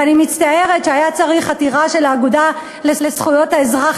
ואני מצטערת שהיה צריך עתירה של האגודה לזכויות האזרח